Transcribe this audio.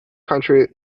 country